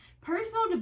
Personal